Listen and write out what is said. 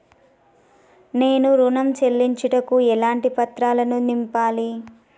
నేను ఋణం చెల్లించుటకు ఎలాంటి పత్రాలను నింపాలి?